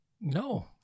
No